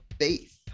faith